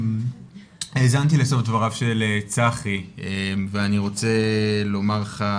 האזנתי לסוף דבריו של צח ואני רוצה לומר לך,